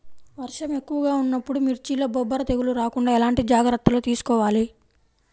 వర్షం ఎక్కువగా ఉన్నప్పుడు మిర్చిలో బొబ్బర తెగులు రాకుండా ఎలాంటి జాగ్రత్తలు తీసుకోవాలి?